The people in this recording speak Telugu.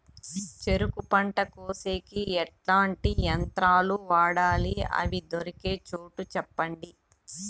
చెరుకు పంట కోసేకి ఎట్లాంటి యంత్రాలు వాడాలి? అవి దొరికే చోటు చెప్పండి?